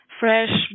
fresh